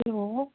hello